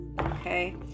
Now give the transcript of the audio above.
Okay